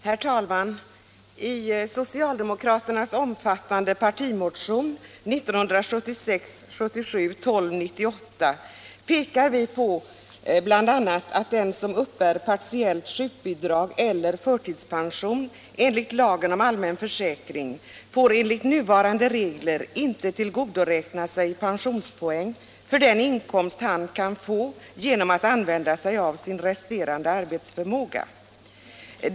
Herr talman! I socialdemokraternas omfattande partimotion 1976/77:1298 pekar vi på bl.a. att den som uppbär partiellt sjukbidrag eller förtidspension enligt lagen om allmän försäkring enligt nuvarande regler inte får tillgodoräkna sig pensionspoäng för den inkomst han kan få genom att använda Sig av sin resterande arbetsförmåga.